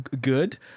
good